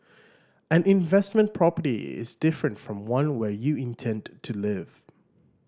an investment property is different from one where you intend to live